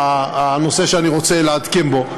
הנושא שאני רוצה לעדכן בו.